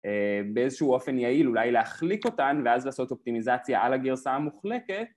באיזשהו אופן יעיל אולי להחליק אותן ואז לעשות אופטימיזציה על הגרסה המוחלקת